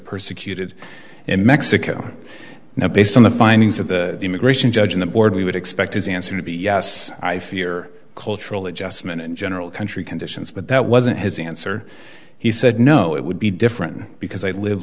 persecuted in mexico now based on the findings of the immigration judge in the border we would expect his answer to be yes i fear cultural adjustment in general country conditions but that wasn't his answer he said no it would be different because i live